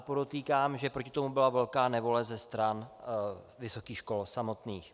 Podotýkám ale, že proti tomu byla velká nevole ze stran vysokých škol samotných.